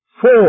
four